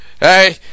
Hey